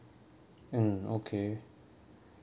mm okay